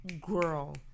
Girl